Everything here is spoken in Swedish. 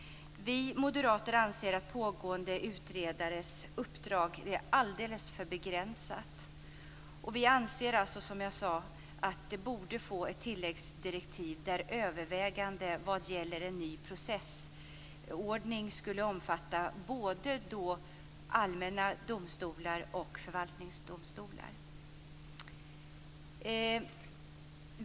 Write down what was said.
Vi moderater anser att pågående utredares uppdrag är alldeles för begränsat. Vi anser, som jag sade, att det borde få ett tilläggsdirektiv där övervägande vad gäller en ny processordning skulle omfatta både allmänna domstolar och förvaltningsdomstolar.